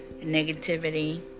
negativity